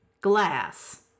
Glass